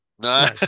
No